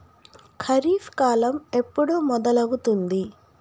ఖరీఫ్ కాలం ఎప్పుడు మొదలవుతుంది?